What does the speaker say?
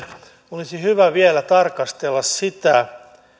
olisi hyvä vielä tarkastella sitä